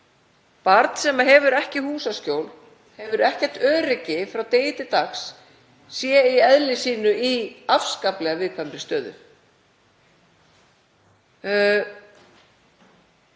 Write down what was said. barn sem ekki hefur húsaskjól, hefur ekkert öryggi frá degi til dags sé í eðli sínu í afskaplega viðkvæmri stöðu. Það er algerlega